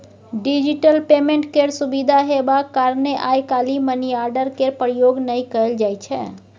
digital payment केर सुविधा हेबाक कारणेँ आइ काल्हि मनीआर्डर केर प्रयोग नहि कयल जाइ छै